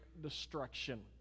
destruction